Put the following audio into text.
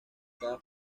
cada